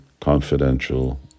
confidential